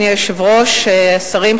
שרים,